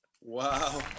Wow